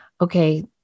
Okay